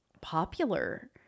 popular